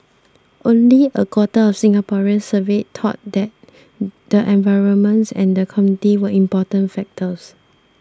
only a quarter of Singaporeans surveyed thought that the environment and the community were important factors